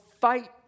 fight